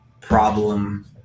problem